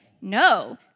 no